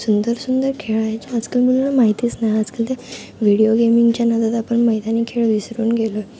सुंदर सुंदर खेळ आहे जे आजकाल मुलांना माहितीच नाही आजकाल ते व्हिडीओ गेमींगच्या नादात आपण मैदानी खेळ विसरून गेलो आहे